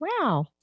Wow